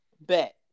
bet